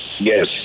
Yes